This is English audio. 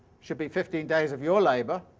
should be fifteen days of your labour,